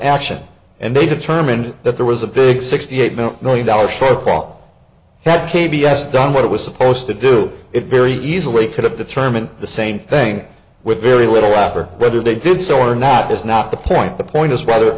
action and they determined that there was a big sixty eight million dollars shortfall that k b s done what it was supposed to do it very easily could have determined the same thing with very little after whether they did so or not is not the point the point is rather